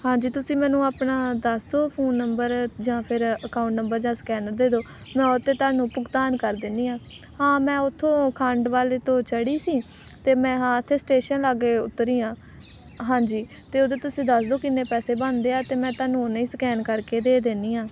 ਹਾਂਜੀ ਤੁਸੀਂ ਮੈਨੂੰ ਆਪਣਾ ਦੱਸ ਦਿਉ ਫੋਨ ਨੰਬਰ ਜਾਂ ਫਿਰ ਅਕਾਊਂਟ ਨੰਬਰ ਜਾਂ ਸਕੈਨਰ ਦੇ ਦਿਉ ਮੈਂ ਉਹ 'ਤੇ ਤੁਹਾਨੂੰ ਭੁਗਤਾਨ ਕਰ ਦਿੰਦੀ ਹਾਂ ਹਾਂ ਮੈਂ ਉੱਥੋਂ ਖੰਡਵਾਲੇ ਤੋਂ ਚੜ੍ਹੀ ਸੀ ਅਤੇ ਮੈਂ ਹਾਂ ਇੱਥੇ ਸਟੇਸ਼ਨ ਲਾਗੇ ਉੱਤਰੀ ਹਾਂ ਹਾਂਜੀ ਅਤੇ ਉਹਦੇ ਤੁਸੀਂ ਦੱਸ ਦਿਉ ਕਿੰਨੇ ਪੈਸੇ ਬਣਦੇ ਆ ਅਤੇ ਮੈਂ ਤੁਹਾਨੂੰ ਓਨੇ ਸਕੈਨ ਕਰਕੇ ਦੇ ਦਿੰਦੀ ਹਾਂ